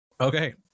Okay